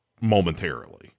momentarily